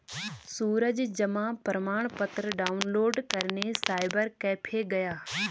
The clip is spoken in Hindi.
सूरज जमा प्रमाण पत्र डाउनलोड करने साइबर कैफे गया